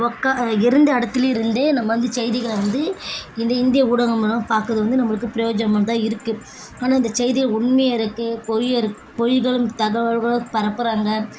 உக்கா இருந்த இடத்துலே இருந்தே நம்ம வந்து செய்திகளை வந்து இந்த இந்திய ஊடகங்களும் பார்க்குறது வந்து நம்மளுக்கு வந்து பிரயோஜனமாகதான் இருக்குது ஆனால் இந்த செய்தியை உண்மையும் இருக்குது பொய்யும் இருக் பொய்களும் தகவல்களும் பரப்புகிறாங்க